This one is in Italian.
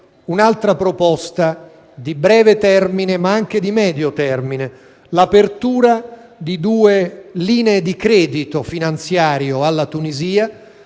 un'altra proposta di breve termine, ma anche di medio termine: l'apertura di due linee di credito finanziario alla Tunisia,